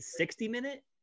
60-minute